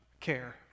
care